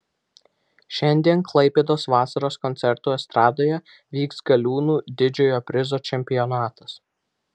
šiandien klaipėdos vasaros koncertų estradoje vyks galiūnų didžiojo prizo čempionatas